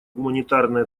гуманитарной